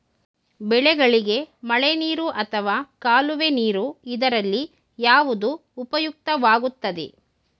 ಬೆಳೆಗಳಿಗೆ ಮಳೆನೀರು ಅಥವಾ ಕಾಲುವೆ ನೀರು ಇದರಲ್ಲಿ ಯಾವುದು ಉಪಯುಕ್ತವಾಗುತ್ತದೆ?